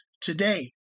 today